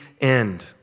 end